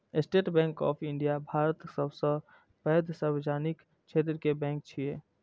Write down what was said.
state Bank of India भारतक सबसं पैघ सार्वजनिक क्षेत्र के बैंक छियै